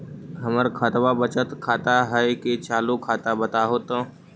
हमर खतबा बचत खाता हइ कि चालु खाता, बताहु तो?